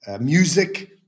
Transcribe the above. music